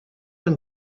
een